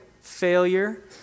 failure